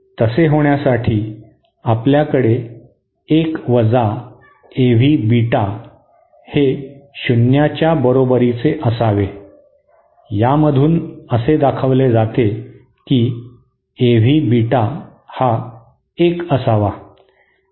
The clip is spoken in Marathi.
तसे होण्यासाठी आपल्याकडे 1 वजा एव्ही बीटा हे शून्याच्या बरोबरीचे असावे यामधून असे दाखवले जाते की एव्ही बीटा हा एक असावा